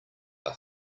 are